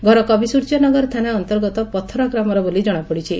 ଘର କବିସ୍ୟର୍ଯ୍ୟନଗର ଥାନା ଅନ୍ତର୍ଗତ ପଥରା ଗ୍ରାମରେ ବୋଲି ଜଣାପଡିଛି